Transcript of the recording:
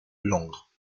langres